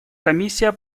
комиссия